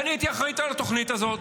כי אני הייתי אחראי לתוכנית הזאת,